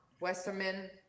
Westerman